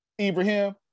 Ibrahim